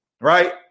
right